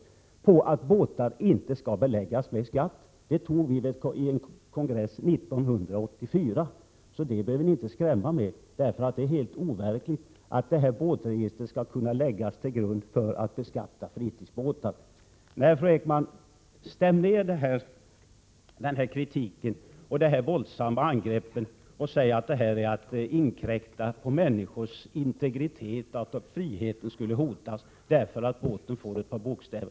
Beslutet innebär att båtar inte skall beläggas med skatt och fattades vid vår kongress 1984, så ni behöver inte skrämma människor i detta avseende. Det är alltså helt overkligt att ett båtregister skulle läggas till grund för beskattning av fritidsbåtar. Nej, fru Ekman, stäm ned kritiken och sluta med de våldsamma angrepp som ni riktar mot förslaget när ni säger att en registrering av båtar skulle inkräkta på människors integritet och att människors frihet skulle hotas genom att båtar registreras med några bokstäver.